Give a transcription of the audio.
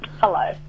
Hello